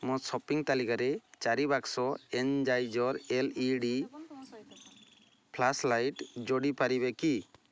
ମୋ ସପିଂ ତାଲିକାରେ ଚାରି ବାକ୍ସ Energizer L E D flash light ଯୋଡ଼ି ପାରିବେ କି